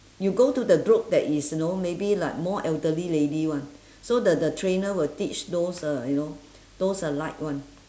you go to the group that is you know maybe like more elderly lady [one] so the the trainer will teach those uh you know those uh light one